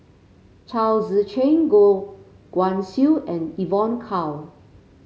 Chao Tzee Cheng Goh Guan Siew and Evon Kow